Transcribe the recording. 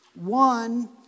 One